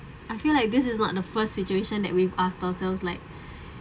I feel like this is not the first situation that we've asked ourselves like